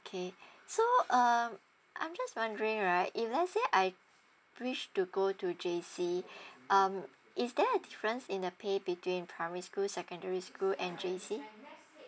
okay so um I'm just wondering right if lets say I wish to go to J_C um is there a difference in their pay between primary school secondary school and J_C